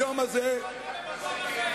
היום הזה, במקום אחר.